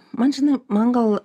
man žinai man gal